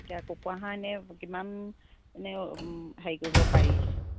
এতিয়া কুকুৰা হাঁহ এনেই কিমান এনে হেৰি কৰিব পাৰি